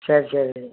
சரி சரி